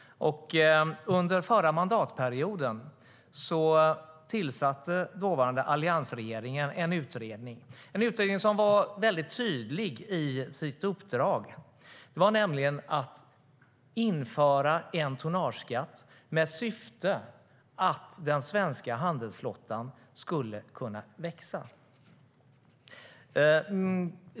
Under förra mandatperioden tillsatte alliansregeringen en utredning med ett tydligt uppdrag. Det skulle införas en tonnageskatt så att den svenska handelsflottan skulle kunna växa.